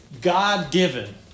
God-given